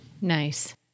Nice